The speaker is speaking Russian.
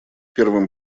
первым